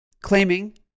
claiming